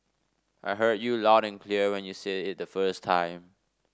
I heard you loud and clear when you said it the first time